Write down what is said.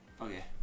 Okay